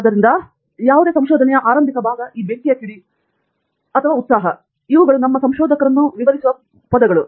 ಆದ್ದರಿಂದ ವಸ್ತುಗಳ ಆರಂಭಿಕ ಭಾಗವು ಈ ಬೆಂಕಿಯ ಕಿಡಿ ಮತ್ತು ಉತ್ಸಾಹ ಮತ್ತು ಇವುಗಳು ನಮ್ಮ ಆತ್ಮಗಳನ್ನು ಮೊದಲಿಗೆ ವಿವರಿಸುವ ಪದಗಳು